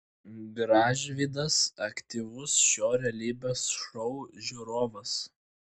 gražvydas aktyvus šio realybės šou žiūrovas